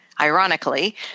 ironically